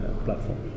platform